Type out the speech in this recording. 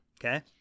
Okay